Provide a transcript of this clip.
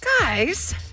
Guys